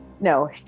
no